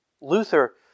Luther